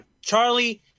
Charlie